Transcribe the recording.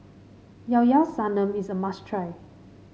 Llao Llao Sanum is a must try